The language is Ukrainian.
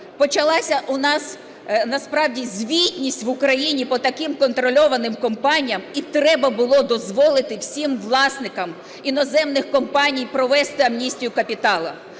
почалася у нас насправді звітність в Україні по таким контрольованим компаніям, і треба було дозволити всім власникам іноземних компаній провести амністію капіталу.